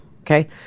Okay